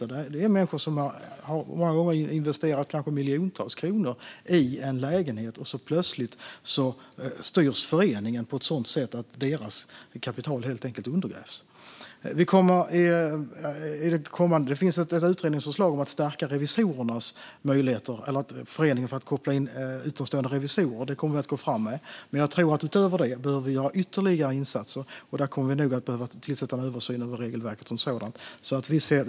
Det är människor som många gånger har investerat kanske miljontals kronor i en lägenhet, och plötsligt styrs föreningen på ett sådant sätt att deras kapital undergrävs. Det finns ett utredningsförslag om att stärka föreningarnas möjligheter att ytterst koppla in en revisor, och det kommer vi att gå fram med. Men jag tror att vi behöver göra ytterligare insatser utöver det. Vi kommer nog att behöva göra en översyn av regelverket som sådant.